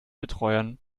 betreuern